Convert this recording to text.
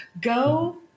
go